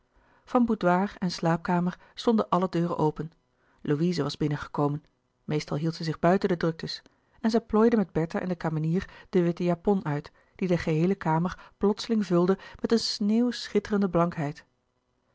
van boudoir en slaapkamer stonden alle deuren open louise was binnengekomen meestal hield zij zich buiten de druktes en zij plooide met bertha en de kamenier de witte japon uit die de geheele kamer plotseling vulde met een sneeuwschitterende blankheid